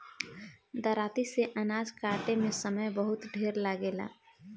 दराँती से अनाज काटे में समय बहुत ढेर लागेला